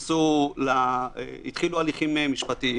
שהתחילו הליכים משפטיים,